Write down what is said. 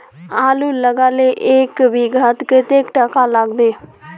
आलूर लगाले एक बिघात कतेक टका लागबे?